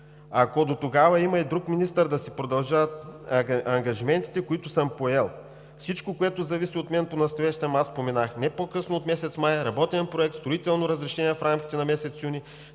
ако дотогава има и друг министър, да си продължат ангажиментите, които съм поел. Всичко, което зависи от мен понастоящем, аз споменах. Не по-късно от месец май – работен проект, строително разрешение в рамките на месец юни,